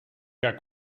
cas